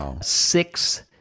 six